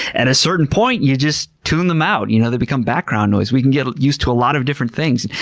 at a certain point you just tune them out. you know they become background noise. we can get used to a lot of different things.